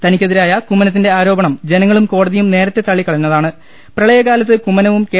തനിക്കെതിരായ കുമ്മനത്തിന്റെ ആരോപണം ജനങ്ങളും കോടതി യും നേരത്തെ തളളിക്കളിഞ്ഞ താണ് പ്രളിയകാലത്ത് കുമ്മനവും കെ